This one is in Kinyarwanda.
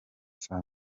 saa